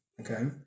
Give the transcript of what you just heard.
okay